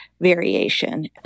variation